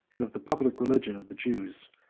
and of the public religion of the jews,